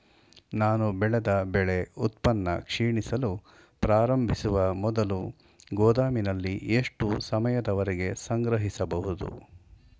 ನಾನು ಬೆಳೆದ ಬೆಳೆ ಉತ್ಪನ್ನ ಕ್ಷೀಣಿಸಲು ಪ್ರಾರಂಭಿಸುವ ಮೊದಲು ಗೋದಾಮಿನಲ್ಲಿ ಎಷ್ಟು ಸಮಯದವರೆಗೆ ಸಂಗ್ರಹಿಸಬಹುದು?